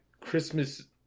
Christmas